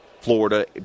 Florida